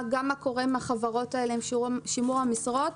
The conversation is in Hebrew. גם מה קורה עם החברות האלה עם שימור המשרות.